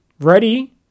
ready